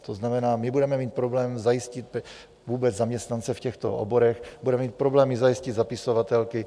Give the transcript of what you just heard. To znamená, my budeme mít problém zajistit vůbec zaměstnance v těchto oborech, budeme mít problémy zajistit zapisovatelky.